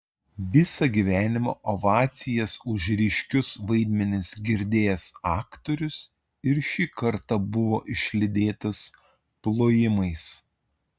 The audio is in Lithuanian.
visą gyvenimą ovacijas už ryškius vaidmenis girdėjęs aktorius ir šį kartą buvo išlydėtas plojimais